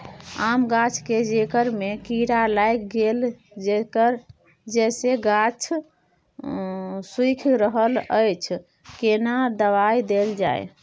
आम गाछ के जेकर में कीरा लाईग गेल जेसे गाछ सुइख रहल अएछ केना दवाई देल जाए?